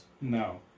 No